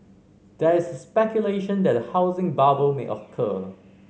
there is speculation that a housing bubble may occur